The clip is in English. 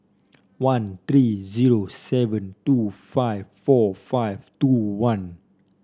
one three zero seven two five four five two one